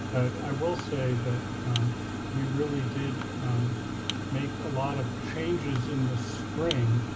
i will say that we really did make a lot of changes in the spring,